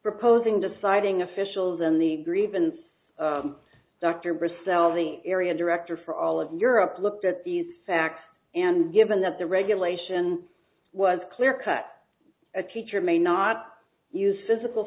proposing deciding officials in the grievance dr bristow and the area director for all of europe looked at these facts and given that the regulation was clear cut a teacher may not use physical